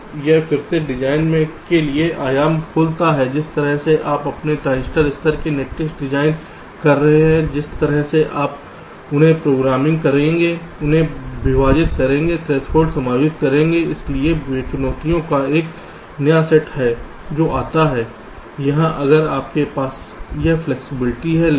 तो यह फिर से डिजाइन के नए आयाम खोलता है जिस तरह से आप अपने ट्रांजिस्टर स्तर की नेटलिस्ट डिजाइन कर रहे हैं जिस तरह से आप उन्हें प्रोग्रामिंग करेंगे उन्हें विभाजित करेंगे थ्रेसहोल्ड समायोजित करेंगे इसलिए चुनौतियों का एक नया सेट है जो आता है यहां अगर आपके पास यह फ्लैक्सिबिलिटी है